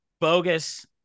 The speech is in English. bogus